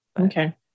okay